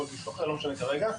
לא משנה כרגע.